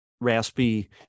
raspy